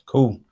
Cool